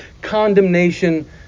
condemnation